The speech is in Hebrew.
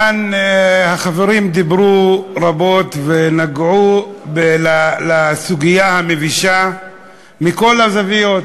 החברים כאן דיברו רבות ונגעו בסוגיה המבישה מכל הזוויות.